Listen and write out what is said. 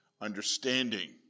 understanding